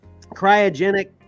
cryogenic